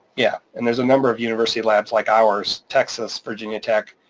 yeah, and there's a number of university labs like ours, texas, virginia tech.